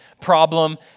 problem